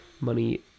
money